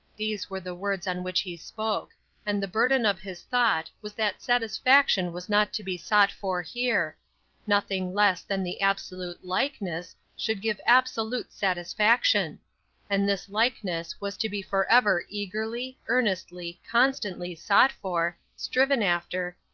these were the words on which he spoke and the burden of his thought was that satisfaction was not to be sought for here nothing less than the absolute likeness should give absolute satisfaction and this likeness was to be forever eagerly, earnestly, constantly, sought for, striven after,